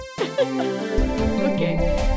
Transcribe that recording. Okay